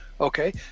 Okay